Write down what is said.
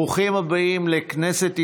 ברוכים הבאים לכנסת ישראל,